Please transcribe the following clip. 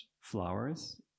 flowers